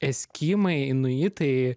eskimai inuitai